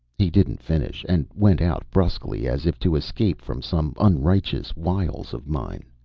he didn't finish and went out brusquely as if to escape from some unrighteous wiles of mine.